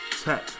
tech